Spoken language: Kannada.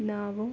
ನಾವು